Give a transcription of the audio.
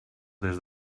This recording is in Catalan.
des